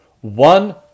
one